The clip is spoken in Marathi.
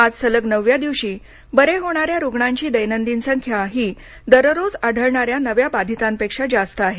आज सलग नवव्या दिवशी बरे होणाऱ्या रुग्णांची दैनंदिन संख्या ही दररोज आढळणाऱ्या नव्या बाधितांपेक्षा जास्त आहे